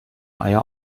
eier